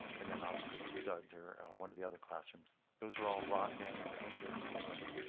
and then obviously, the studs are one of the other classrooms. those are all rocked in and painted and all the rest.